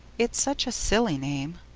it's such a silly name.